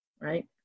right